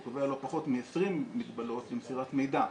הוא קובע לא פחות מ-20 מגבלות למסירת מידע,